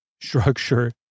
structure